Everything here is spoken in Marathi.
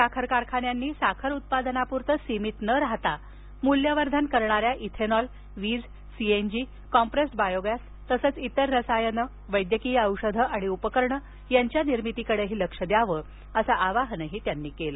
साखर कारखान्यांनी साखर उत्पादनाप्रतं सीमित न राहता मूल्यवर्धन करणाऱ्या इथेनॉल वीज सीएनजी कॉम्प्रेस्ड बायोगॅस तसेच इतर रसायनं वैद्यकीय औषधे आणि उपकरणं निर्मितीकडं लक्ष द्यावं असं आवाहन त्यांनी केलं